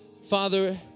Father